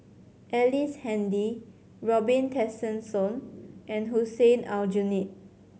Ellice Handy Robin Tessensohn and Hussein Aljunied